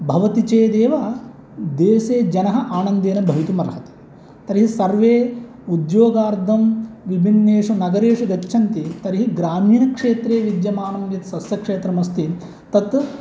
भवति चेदेव देशे जनः आनन्देन भवितुम् अर्हति तर्हि सर्वे उद्योगार्थं विभिन्नेषु नगरेषु गच्छन्ति तर्हि ग्रामीणक्षेत्रे विद्यमानं यत् सस्यक्षेत्रम् अस्ति तत्